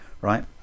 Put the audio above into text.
right